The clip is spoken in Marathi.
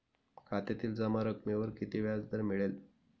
खात्यातील जमा रकमेवर किती व्याजदर मिळेल?